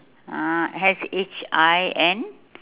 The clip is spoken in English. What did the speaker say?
ah S H I N